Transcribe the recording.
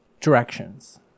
directions